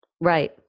Right